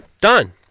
done